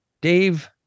Dave